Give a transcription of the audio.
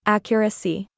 Accuracy